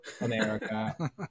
America